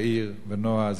תאיר ונועה,